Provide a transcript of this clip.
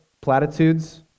platitudes